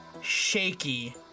shaky